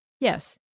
Yes